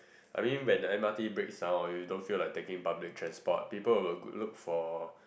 I mean when M_R_T breaks down you don't feel like taking public transport people will look for